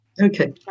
Okay